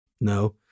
No